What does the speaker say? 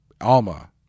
Alma